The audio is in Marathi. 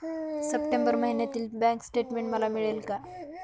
सप्टेंबर महिन्यातील बँक स्टेटमेन्ट मला मिळेल का?